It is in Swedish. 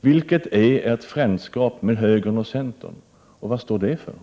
Vilket är ert frändskap med högern och centern? Och vad står det för?